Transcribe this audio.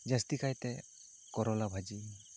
ᱡᱟᱹᱥᱛᱤ ᱠᱟᱭᱛᱮ ᱠᱚᱨᱚᱞᱟ ᱵᱷᱟᱹᱡᱤ